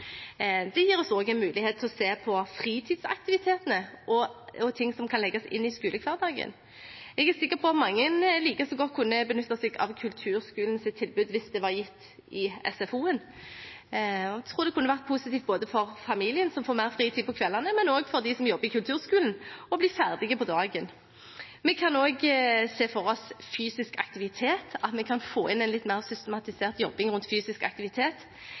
Det gir oss også en mulighet til å se på fritidsaktivitetene og andre ting som kan legges inn i skolehverdagen. Jeg er sikker på at mange likeså godt kunne benyttet seg av kulturskolens tilbud hvis det ble gitt i SFO. Jeg tror det kunne vært positivt både for familien – som får mer fritid på kveldene – og for dem som jobber i kulturskolen, å bli ferdig om dagen. Vi kan også se for oss at vi kan få inn en litt mer systematisert jobbing rundt fysisk aktivitet